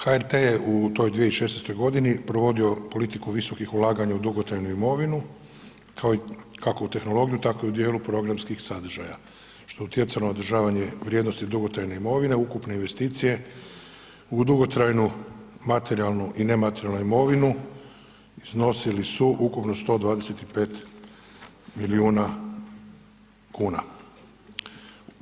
HRT je u toj 2016.g. provodio politiku visokih ulaganja u dugotrajnu imovinu, kao i, kako u tehnologiju tako i u dijelu programskih sadržaja, što je utjecalo na održavanje vrijednosti dugotrajne imovine, ukupne investicije u dugotrajnu materijalnu i nematerijalnu imovinu iznosili su ukupno 125 milijuna kuna.